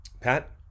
Pat